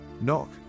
Knock